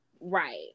Right